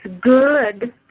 good